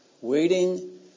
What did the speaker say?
Waiting